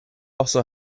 also